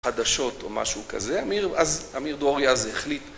חדשות או משהו כזה, אז אמיר דרורי אז החליט